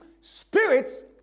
spirits